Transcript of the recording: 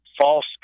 false